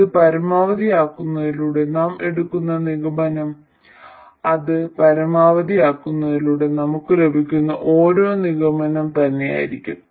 ഇത് പരമാവധിയാക്കുന്നതിലൂടെ നാം എടുക്കുന്ന നിഗമനം അത് പരമാവധിയാക്കുന്നതിലൂടെ നമുക്ക് ലഭിക്കുന്ന അതേ നിഗമനം തന്നെയായിരിക്കും